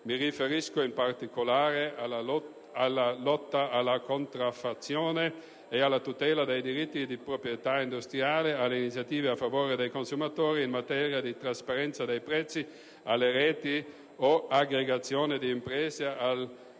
Mi riferisco, in particolare alla lotta alla contraffazione ed alla tutela dei diritti di proprietà industriale, alle iniziative a favore dei consumatori in materia di trasparenza dei prezzi, alle reti o aggregazioni di imprese, all'ampliamento